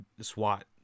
swat